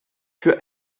für